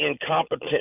incompetent